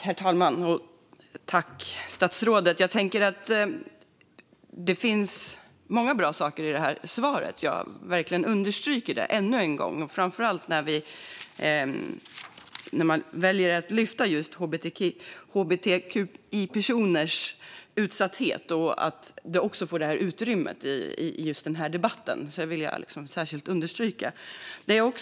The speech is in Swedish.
Herr talman! Det finns många bra saker i svaret; jag understryker det ännu en gång. Framför allt är det bra att hbtqi-personers utsatthet lyfts fram och att detta får utrymme i den här debatten. Det vill jag särskilt understryka.